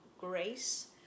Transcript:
grace